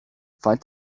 find